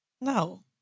No